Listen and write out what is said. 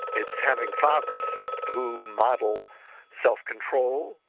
it's having fathers who model self-control,